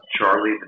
Charlie